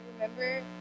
remember